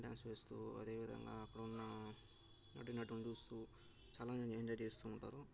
అంటే ఆస్వాదిస్తూ అదేవిధంగా అక్కడ ఉన్న నటీనటులను చూస్తూ చాలా ఎంజాయ్ చేస్తూ ఉంటారు